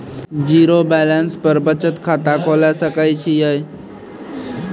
Zero balance पर बचत खाता खोले सकय छियै?